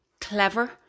clever